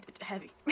heavy